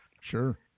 sure